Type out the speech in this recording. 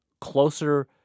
closer